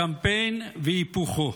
הקמפיין והיפוכו,